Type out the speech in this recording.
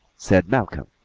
said malcolm,